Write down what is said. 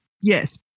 Yes